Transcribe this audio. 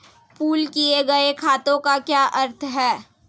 Pool किए गए खातों का क्या अर्थ है?